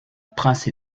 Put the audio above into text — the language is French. prince